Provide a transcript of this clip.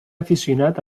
afeccionat